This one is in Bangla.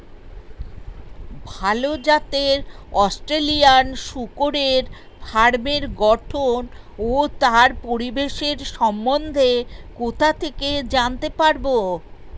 ভাল জাতের অস্ট্রেলিয়ান শূকরের ফার্মের গঠন ও তার পরিবেশের সম্বন্ধে কোথা থেকে জানতে পারবো?